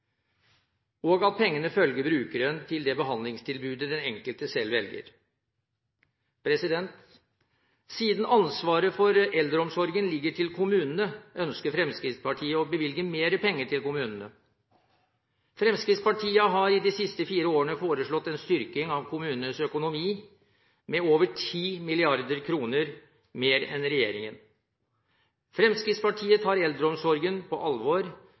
og at pengene følger brukeren til det behandlingstilbudet den enkelte selv velger. Siden ansvaret for eldreomsorgen ligger til kommunene, ønsker Fremskrittspartiet å bevilge mer penger til kommunene. Fremskrittspartiet har i de siste fire årene foreslått en styrking av kommunenes økonomi med over 10 mrd. kr mer enn regjeringen. Fremskrittspartiet tar eldreomsorgen på alvor.